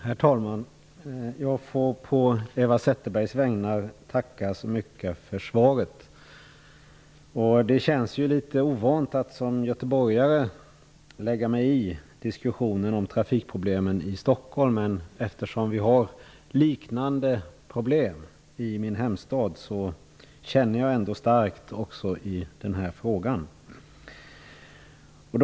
Herr talman! Jag får på Eva Zetterbergs vägnar tacka så mycket för svaret. Det känns litet ovant att som göteborgare lägga mig i diskussionen om trafikproblemen i Stockholm, men eftersom vi har liknande problem i min hemstad känner jag ändå starkt också i denna fråga.